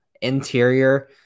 Interior